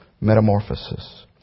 Metamorphosis